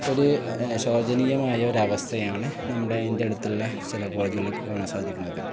ഒരു ശോചനീയമായ ഒരവസ്ഥയാണ് നമ്മുടെ എൻ്റെ അടുത്തുള്ള ചില കോളേജുകളിലൊക്കെ കാണാൻ സാധിക്കുന്നത്